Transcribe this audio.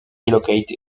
relocate